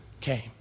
came